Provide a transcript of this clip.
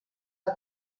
que